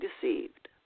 deceived